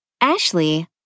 Ashley